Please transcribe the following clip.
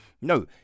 No